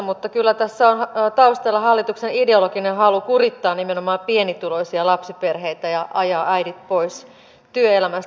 mutta kyllä tässä on taustalla hallituksen ideologinen halu kurittaa nimenomaan pienituloisia lapsiperheitä ja ajaa äidit pois työelämästä